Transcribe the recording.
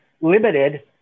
limited